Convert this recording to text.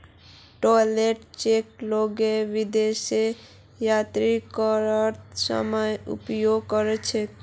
travellers cheque लोग विदेश यात्रा करते समय उपयोग कर छे